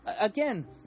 again